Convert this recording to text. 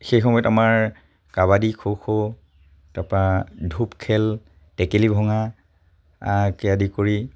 সেই সময়ত আমাৰ কাবাডী খো খো তাপা ধূপ খেল টেকেলি ভঙাকে আদি কৰি